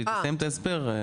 כשהיא תסיים את ההסבר.